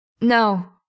No